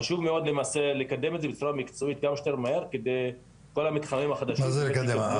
חשוב מאוד לקדם את זה בצורה מקצועית כמה שיותר מהר --- מה זה לקדם,